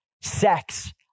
sex